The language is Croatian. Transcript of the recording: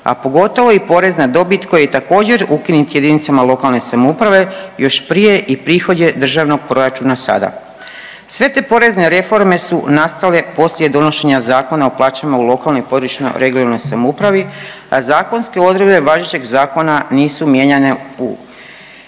a pogotovo i porez na dobit koji je također, ukinut jedinicama lokalne samouprave još prije i prihod je državnog proračuna sada. Sve te porezne reforme su nastale poslije donošenja Zakona o plaćama u lokalnoj i područnoj (regionalnoj) samoupravi, a zakonske odredbe važećeg zakona nisu mijenjane